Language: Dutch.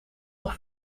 nog